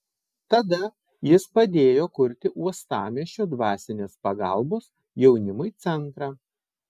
tada jis padėjo kurti uostamiesčio dvasinės pagalbos jaunimui centrą